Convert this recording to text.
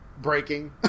breaking